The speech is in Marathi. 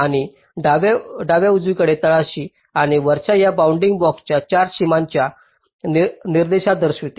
आणि डावे उजवीकडे तळाशी आणि वरच्या या बाउंडिंग बॉक्सच्या 4 सीमांच्या निर्देशांक दर्शविते